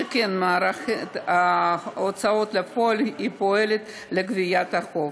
שכן מערכת ההוצאה לפועל היא הפועלת לגביית החוב.